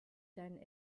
deinen